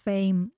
Fame